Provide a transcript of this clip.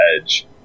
edge